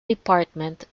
department